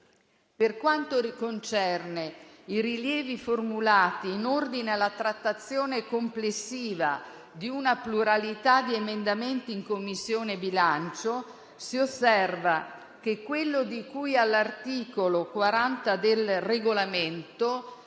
Per quanto concerne i rilievi formulati in ordine alla trattazione complessiva di una pluralità di emendamenti in Commissione bilancio, si osserva che quello di cui all'articolo 40 del Regolamento